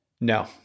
No